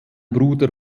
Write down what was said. bruder